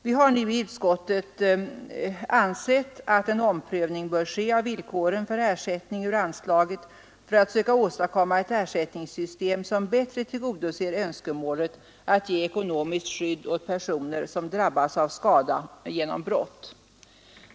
Justitieutskottet anser att en omprövning nu bör ske av villkoren för ersättning för att söka åstadkomma ett ersättningssystem som bättre tillgodoser önskemålet att ge ekonomiskt skydd åt personer som drabbas av skada genom brott.